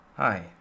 Hi